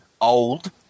old